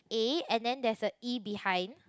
A and then there's a E behind